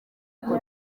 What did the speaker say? kuko